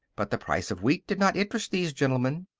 but the price of wheat did not interest these gentlemen.